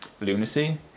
Lunacy